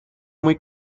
muy